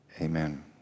amen